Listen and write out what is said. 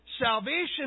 salvation